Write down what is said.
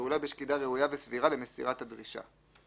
כפעולה בשקידה ראויה וסבירה למסירת הדרישה.